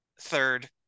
Third